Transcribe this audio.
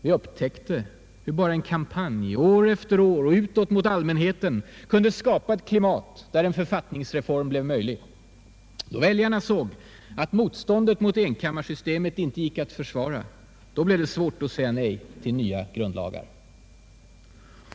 Vi upptäckte hur bara en kampanj, år efter år och utåt mot allmänheten, kunde skapa ett klimat där en författningsreform blev möjlig. Då väljarna såg att motståndet mot enkammarsystemet inte gick att försvara, blev det svårt att säga nej till nya grundlagar.